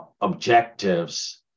objectives